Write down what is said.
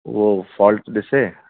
उहो फ़ॉल्ट ॾिसे